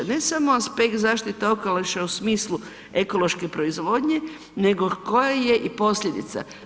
Ne samo aspekt zaštite okoliša u smislu ekološke proizvodnje nego koja je i posljedica.